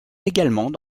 également